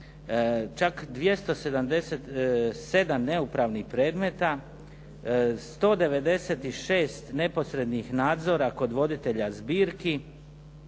čak 277 neupravnih predmeta, 196 neposrednih nadzora kod voditelja zbirki,